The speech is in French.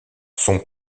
son